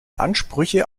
ansprüche